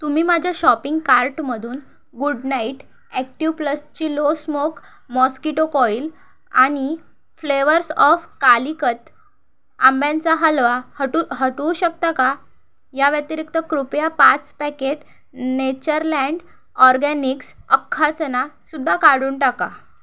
तुम्ही माझ्या शॉपिंग कार्टमधून गुड नाईट ॲक्टिव्ह प्लसची लो स्मोक मॉस्किटो कॉईल आणि फ्लेवर्स ऑफ कालिकत आंब्यांचा हलवा हटू हटवू शकता का या व्यतिरिक्त कृपया पाच पॅकेट नेचरलँड ऑरगॅनिक्स अख्खा चणा सुद्धा काढून टाका